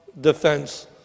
defense